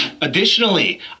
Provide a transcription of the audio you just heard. Additionally